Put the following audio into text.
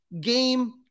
game